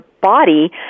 body